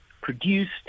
produced